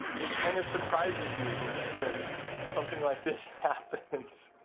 it kind of surprises me when when something like this happens